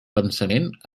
pensament